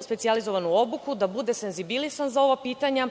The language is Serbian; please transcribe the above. specijalizovanu obuku, da bude senzibilisan za ova pitanja,